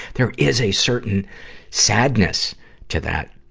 there is a certain sadness to that.